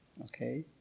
Okay